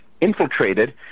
infiltrated